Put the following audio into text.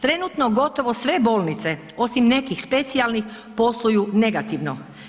Trenutno gotovo sve bolnice osim nekih specijalnih posluju negativno.